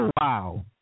wow